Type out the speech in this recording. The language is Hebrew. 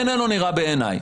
איננו נראה בעיניי.